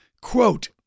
Quote